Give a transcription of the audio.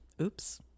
oops